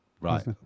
Right